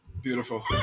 Beautiful